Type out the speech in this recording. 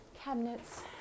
cabinets